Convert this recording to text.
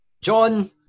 John